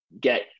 get